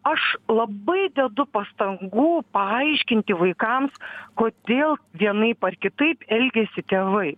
aš labai dedu pastangų paaiškinti vaikams kodėl vienaip ar kitaip elgiasi tėvai